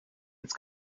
its